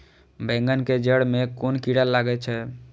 बेंगन के जेड़ में कुन कीरा लागे छै?